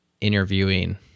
interviewing